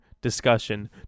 discussion